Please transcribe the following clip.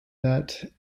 that